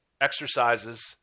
exercises